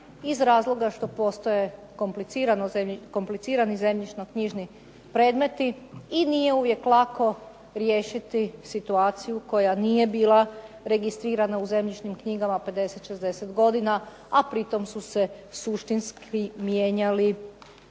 Iz razloga što postoje komplicirani zemljišno-knjižni predmeti i nije uvijek lako riješiti situaciju koja nije bila registrirana u zemljišnim knjigama 50, 60 godina, a pri tom su se suštinski mijenjali